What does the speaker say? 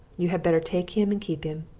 you had better take him and keep him!